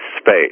space